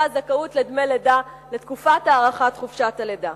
הזכאות לדמי לידה ותקופת הארכת חופשת הלידה.